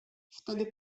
wtedy